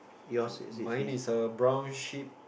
mine is a brown sheep